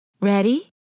Ready